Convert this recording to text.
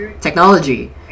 technology